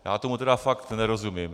Já tomu tedy fakt nerozumím.